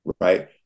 right